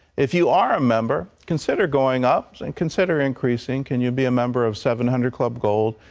if you are a member, consider going up and consider increasing. can you be a member of seven hundred club gold?